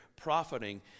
profiting